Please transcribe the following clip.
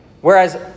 Whereas